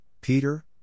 Peter